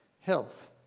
health